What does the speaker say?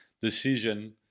decision